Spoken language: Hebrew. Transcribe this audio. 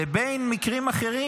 לבין מקרים אחרים,